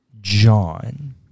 John